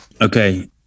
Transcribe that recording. Okay